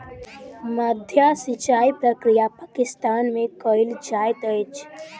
माद्दा सिचाई प्रक्रिया पाकिस्तान में कयल जाइत अछि